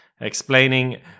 ...explaining